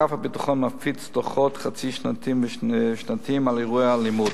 אגף הביטחון מפיץ דוחות חצי-שנתיים ושנתיים על אירועי אלימות.